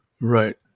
Right